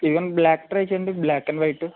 ఇదిగోనండీ black try చెయ్యండి black and white